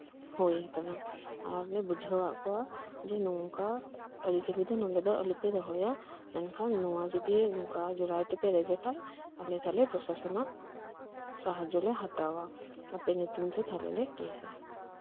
ᱦᱳᱭ ᱟᱠᱟᱱᱟ ᱟᱨ ᱞᱮ ᱵᱩᱡᱷᱟᱹᱣᱟᱫ ᱠᱚᱣᱟ ᱡᱮ ᱱᱚᱝᱠᱟ ᱟᱹᱨᱤᱪᱟᱞᱤ ᱫᱚ ᱱᱚᱸᱰᱮ ᱫᱚ ᱟᱞᱚ ᱯᱮ ᱫᱚᱦᱚᱭᱟ ᱢᱮᱱᱠᱷᱟᱱ ᱱᱚᱶᱟ ᱡᱩᱫᱤ ᱱᱚᱝᱠᱟ ᱡᱳᱨᱟᱭ ᱛᱮᱯᱮ ᱨᱮᱡᱮ ᱠᱷᱟᱱ ᱟᱞᱮ ᱜᱟᱞᱟ ᱯᱨᱚᱥᱟᱥᱚᱱᱟᱜ ᱥᱟᱦᱟᱡᱽᱡᱚ ᱞᱮ ᱦᱟᱛᱟᱣᱟ ᱟᱯᱮ ᱧᱩᱛᱩᱢ ᱛᱮ ᱛᱟᱞᱦᱮ ᱞᱮ ᱠᱮᱥᱟ